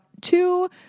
two